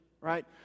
right